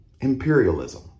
imperialism